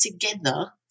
together